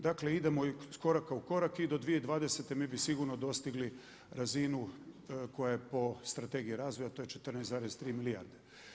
Dakle idemo iz koraka u korak i do 2020. mi bi sigurno dostigli razinu koja je po Strategiji razvoja, a to je 14,3 milijarde.